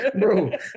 Bro